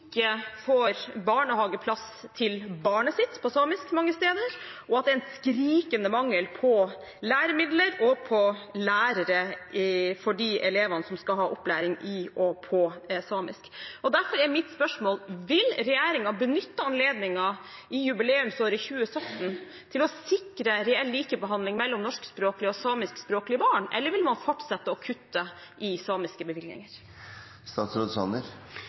får barnehageplass med samisk språk til barnet sitt mange steder, og at det er en skrikende mangel på læremidler og på lærere for de elevene som skal ha opplæring i og på samisk. Derfor er mitt spørsmål: Vil regjeringen benytte anledningen i jubileumsåret 2017 til å sikre reell likebehandling av norskspråklige og samiskspråklige barn, eller vil man fortsette å kutte i samiske